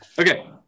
Okay